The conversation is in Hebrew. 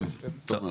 כן, תומר.